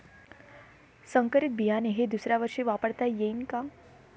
संकरीत बियाणे हे दुसऱ्यावर्षी वापरता येईन का?